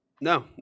No